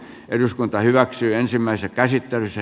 eduskunta hyväksyy ensimmäistä käsittelyssä